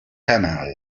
canal